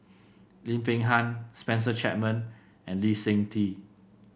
Lim Peng Han Spencer Chapman and Lee Seng Tee